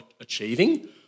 achieving